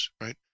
right